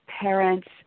parents